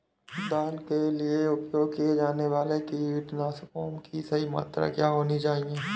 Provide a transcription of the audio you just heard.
दाल के लिए उपयोग किए जाने वाले कीटनाशकों की सही मात्रा क्या होनी चाहिए?